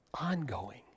ongoing